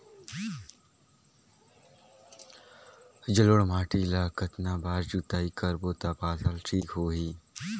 जलोढ़ माटी ला कतना बार जुताई करबो ता फसल ठीक होती?